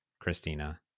Christina